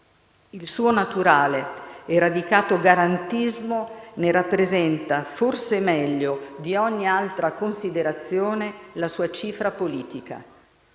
Il suo naturale e radicato garantismo rappresenta, forse meglio di ogni altra considerazione, la sua cifra politica.